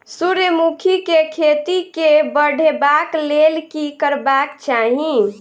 सूर्यमुखी केँ खेती केँ बढ़ेबाक लेल की करबाक चाहि?